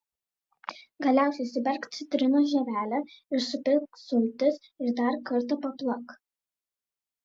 galiausiai suberk citrinos žievelę ir supilk sultis ir dar kartą paplak